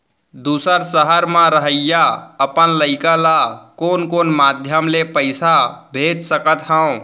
दूसर सहर म रहइया अपन लइका ला कोन कोन माधयम ले पइसा भेज सकत हव?